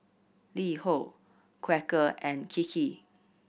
LiHo Quaker and Kiki